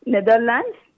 Netherlands